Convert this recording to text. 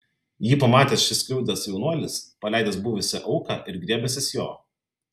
jį pamatęs šį skriaudęs jaunuolis paleidęs buvusią auką ir griebęsis jo